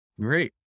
Great